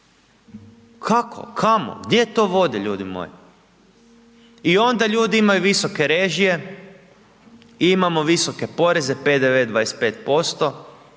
Kako? Kamo, gdje to vodi, ljudi moji? I onda ljudi imaju visoke režije, imamo visoke poreze, PDV 25%,